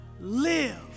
live